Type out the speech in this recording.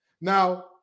Now